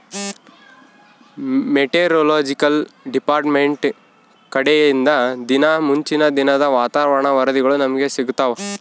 meteorological department ಕಡೆಲಿಂದ ದಿನಾ ಮುಂಚಿನ ದಿನದ ವಾತಾವರಣ ವರದಿಗಳು ನಮ್ಗೆ ಸಿಗುತ್ತವ